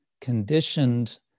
conditioned